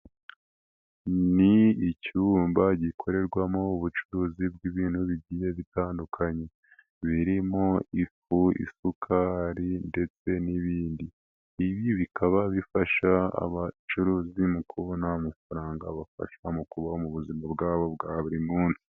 Ni icyumba gikorerwamo ubucuruzi bw'ibintu bigiye bitandukanye birimo ifu, isukari ndetse n'ibindi. Ibi bikaba bifasha abacuruzi mu kubona amafaranga abafasha mu kubaho mu buzima bwabo bwa buri munsi.